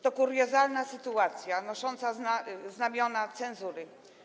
To kuriozalna sytuacja nosząca znamiona cenzury.